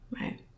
Right